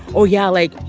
oh, yeah, like,